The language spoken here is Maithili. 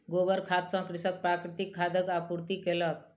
गोबर खाद सॅ कृषक प्राकृतिक खादक आपूर्ति कयलक